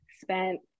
spent